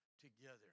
together